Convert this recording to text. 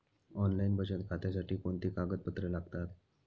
Online बचत खात्यासाठी कोणती कागदपत्रे लागतात?